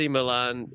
Milan